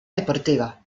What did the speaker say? deportiva